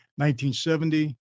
1970